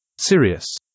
Sirius